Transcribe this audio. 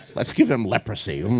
let's give them leprosy. um